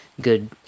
good